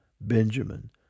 Benjamin